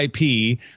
IP